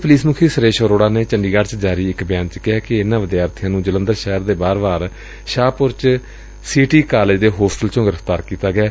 police ਮੁਖੀ ਸੁਰੇਸ਼ ਅਰੋੜਾ ਨੇ ਚੰਡੀਗੜ ਚ ਜਾਰੀ ਇਕ ਬਿਆਨ ਚ ਕਿਹੈ ਕਿ ਇਨ੍ਨਾਂ ਵਿਦਿਆਰਬੀਆਂ ਨੁੰ ਜਲੰਧਰ ਸ਼ਹਿਰ ਦੇ ਬਾਹਰਵਾਰ ਸ਼ਾਹਪੁਰ ਚ ਸੀ ਟੀ ਕਾਲਿਜ ਦੇ ਹੋਸਟਲ ਚ ਗ੍ਰਿਫ਼ਤਾਰ ਕੀਤਾ ਗਿਐ